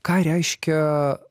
ką reiškia